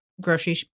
grocery